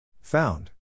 Found